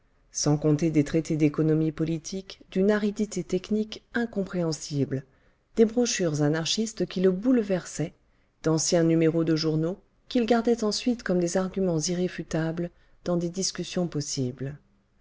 sans compter des traités d'économie politique d'une aridité technique incompréhensible des brochures anarchistes qui le bouleversaient d'anciens numéros de journaux qu'il gardait ensuite comme des arguments irréfutables dans des discussions possibles